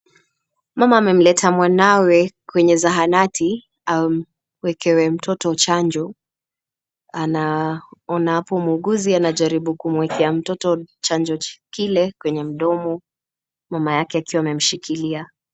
Mama amemleta mwanawe kwenye zahanati awekewe mtoto chanjo, anaona hapo muuguzi anajaribu kumwekea mtoto chanjo kile kwenye mdomo mama yake akiwa amemshikilia.